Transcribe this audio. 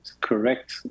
correct